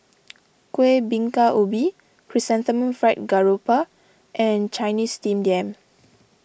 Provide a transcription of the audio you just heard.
Kuih Bingka Ubi Chrysanthemum Fried Garoupa and Chinese Steamed Yam